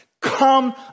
Come